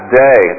day